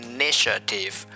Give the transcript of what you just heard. Initiative